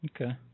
okay